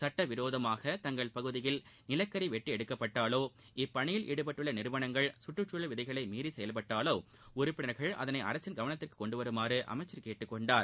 சுட்டவிரோதமாக தங்கள் பகுதியில் நிலக்கரி வெட்டி எடுக்கப்பட்டாலோ இப்பணியில் ஈடுபட்டுள்ள நிறுவனங்கள் கற்றுச்சூழல் விதிகளை மீறி கெயல்பட்டாலோ உறுப்பினர்கள் அதனை அரசின் கவனத்திற்கு கொண்டுவருமாறு அமைச்சர் கேட்டுக்கொண்டார்